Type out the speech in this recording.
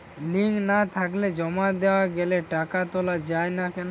Link না থাকলে জমা দেওয়া গেলেও টাকা তোলা য়ায় না কেন?